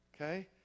Okay